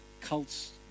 cults